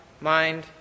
mind